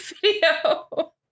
video